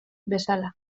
bezala